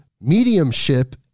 mediumship